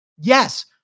Yes